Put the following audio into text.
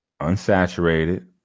Unsaturated